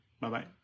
Bye-bye